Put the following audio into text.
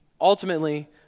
ultimately